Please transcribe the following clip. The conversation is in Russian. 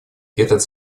этот